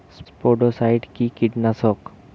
স্পোডোসাইট কি কীটনাশক?